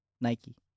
Nike